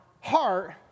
heart